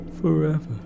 Forever